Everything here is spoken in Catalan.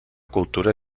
cultura